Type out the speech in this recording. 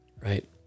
right